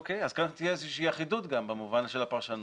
אוקיי, אז כאן תהיה אחידות במובן של הפרשנות.